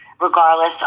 regardless